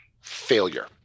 failure